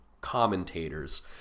commentators